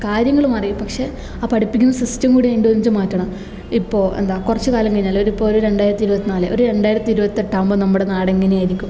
കാര്യങ്ങള് മാറി പക്ഷെ ആ പഠിപ്പിക്കുന്ന സിസ്റ്റം കൂടി അതിൻ്റെ ഒന്നിച്ച് മാറ്റണം ഇപ്പോൾ എന്താ കുറച്ച് കാലം കഴിഞ്ഞാല് ഒരിപ്പോൾ ഒരു രണ്ടായിരത്തി ഇരുപത്തിനാല് ഒരു രണ്ടായിരത്തി ഇരുപത്തെട്ടാകുമ്പോൾ നമ്മുടെ നാട് എങ്ങനെയായിരിക്കും